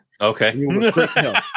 Okay